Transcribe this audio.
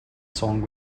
song